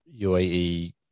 UAE